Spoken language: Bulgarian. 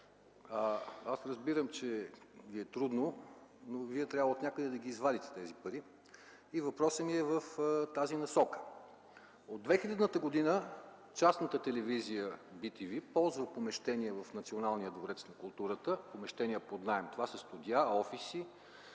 Аз разбирам, че Ви е трудно, но Вие трябва отнякъде да ги извадите тези пари. И въпросът ми е в тази насока. От 2000 г. частната телевизия bTV ползва помещения в Националния дворец на културата, помещения под наем – това са студия, офиси,